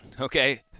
Okay